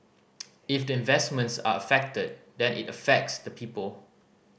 if the investments are affected then it affects the people